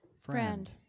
Friend